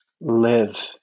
live